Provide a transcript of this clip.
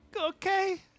Okay